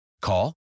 Call